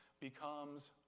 becomes